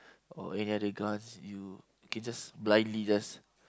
or any other guns you can just blindly just